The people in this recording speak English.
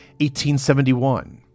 1871